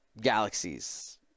galaxies